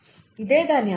ఇదే దాని అందం